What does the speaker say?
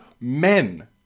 men